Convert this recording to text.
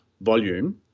volume